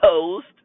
post